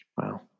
Wow